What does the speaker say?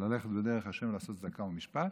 ללכת בדרך ה', "לעשות צדקה ומשפט"